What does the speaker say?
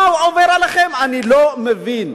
מה עובר עליכם, אני לא מבין.